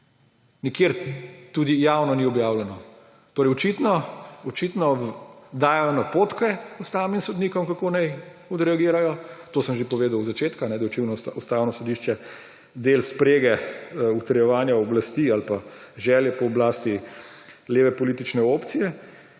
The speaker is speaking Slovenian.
Nikjer tudi javno ni objavljeno. Torej očitno dajejo napotke ustavnim sodnikom, kako naj odreagirajo. To sem že povedal od začetka, da je očitno Ustavno sodišče del sprege utrjevanja oblasti ali pa želje po oblasti leve politične opcije,